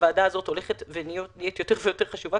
הוועדה הזאת הולכת ונהיית יותר ויותר חשובה,